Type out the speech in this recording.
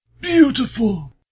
Beautiful